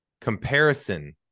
comparison